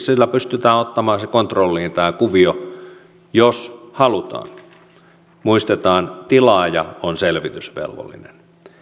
sillä pystytään ottamaan kontrolliin tämä kuvio jos halutaan muistetaan että tilaaja on selvitysvelvollinen